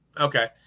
Okay